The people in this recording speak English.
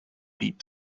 deep